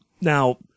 Now